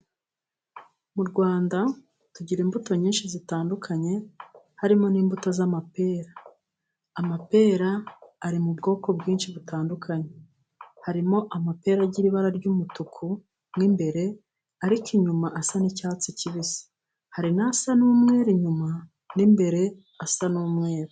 Mu Rwanda tugira imbuto nyinshi zitandukanye harimo n'imbuto z'amapera, amapera ari mu bwoko bwinshi butandukanye, harimo: amapera agira ibara ry'umutuku mo imbere ariko inyuma asa n'icyatsi kibisi, hari n'asa n'umweru inyuma n'imbere asa n'umweru.